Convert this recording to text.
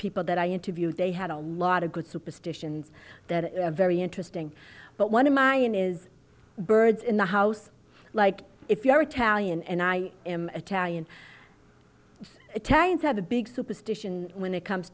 people that i interviewed they had a lot of good superstitions that is very interesting but one of mine is birds in the house like if you are italian and i am italian italians have a big superstition when it comes